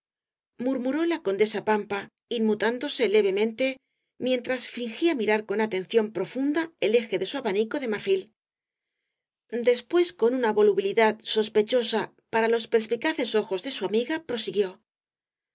murmuró la condesa pampa inmutándose levemente el caballero de las botas azules io mientras fingía mirar con atención profunda el eje de su abanico de marfil después con una volubilidad sospechosa para los perspicaces ojos de su amiga prosiguió